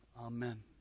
amen